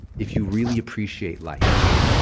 if you really appreciate life,